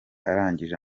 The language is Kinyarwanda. arangije